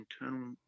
internal